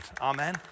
Amen